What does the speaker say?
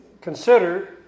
consider